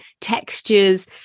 textures